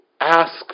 ask